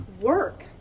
work